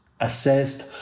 assessed